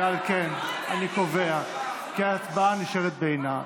ועל כן, אני קובע כי ההצבעה נשארת בעינה.